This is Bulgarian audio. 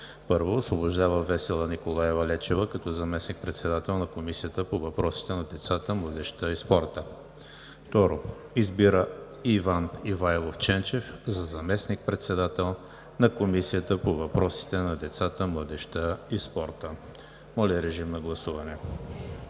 1. Освобождава Весела Николаева Лечева като заместник-председател на Комисията по въпросите на децата, младежта и спорта. 2. Избира Иван Ивайлов Ченчев за заместник-председател на Комисията по въпросите на децата, младежта и спорта.“ Моля, гласувайте.